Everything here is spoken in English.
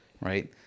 right